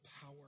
power